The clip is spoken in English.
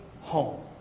home